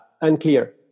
unclear